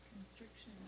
Constriction